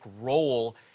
role